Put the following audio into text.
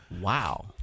Wow